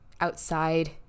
outside